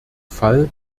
fall